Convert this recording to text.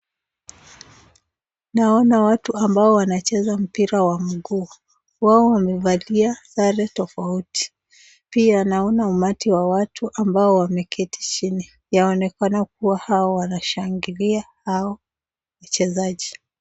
Naona watu ambao wanacheza mpira wa mguu. Wao wamevalia sare tofauti. Pia naona umati wa watu ambao wameketi chini, yaonekana kuwa hao wanashangilia hao wachezaji.